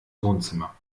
wohnzimmer